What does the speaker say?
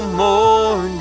more